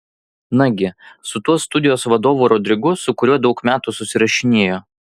nagi su tuo studijos vadovu rodrigu su kuriuo daug metų susirašinėjo